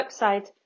website